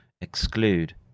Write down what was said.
exclude